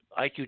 IQ